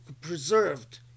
preserved